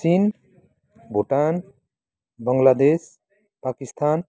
Chin Bhutan Bangladesh Pakistan